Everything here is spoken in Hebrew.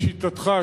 לשיטתך,